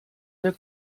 der